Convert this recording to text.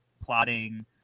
plotting